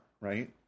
right